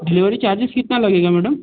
delivery charges कितना लगेगा madam